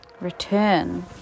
return